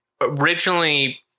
originally